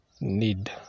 need